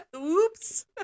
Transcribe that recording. Oops